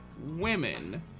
women